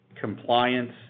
compliance